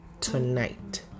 tonight